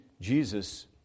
Jesus